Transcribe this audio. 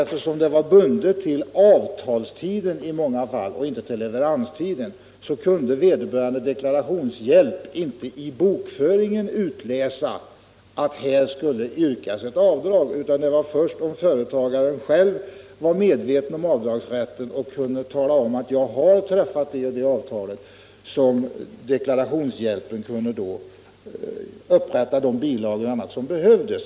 Eftersom rätten till avdrag i många fall var bunden till avtalstiden och inte till leveranstiden kunde vederbörande deklarationsmedhjälpare inte i bokföringen utläsa att här skulle avdrag yrkas, utan det var först om företagaren själv var medveten om avdragsrätten och kunde tala om att han träffat det eller det avtalet som deklarationsmedhjälparen kunde upprätta de bilagor m.m. som behövdes.